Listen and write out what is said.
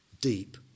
deep